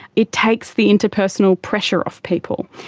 it takes the interpersonal pressure off people.